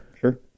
sure